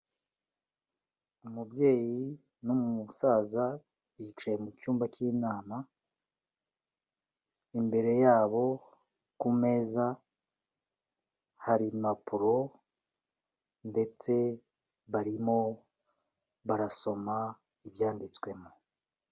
Umubyeyi n'umusaza, bicaye mu cyumba cy'inama, imbere yabo ku meza hari impapuro ndetse barimo barasoma ibyanditswemo.